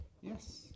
Yes